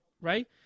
Right